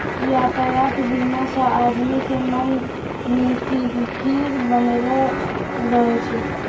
यातायात बीमा से आदमी के मन निफिकीर बनलो रहै छै